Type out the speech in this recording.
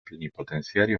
plenipotenciario